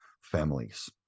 families